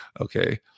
Okay